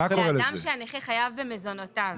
לא, לאדם שהנכה חייב במזונותיו.